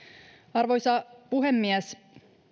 arvoisa puhemies